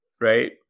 right